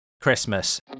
Christmas